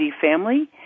family